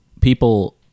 people